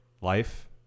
life